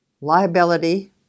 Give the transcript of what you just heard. Liability